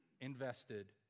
invested